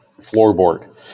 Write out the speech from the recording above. floorboard